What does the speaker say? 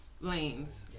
lanes